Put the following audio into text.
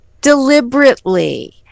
deliberately